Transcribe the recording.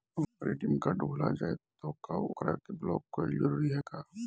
अगर ATM card भूला जाए त का ओकरा के बलौक कैल जरूरी है का?